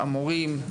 המורים,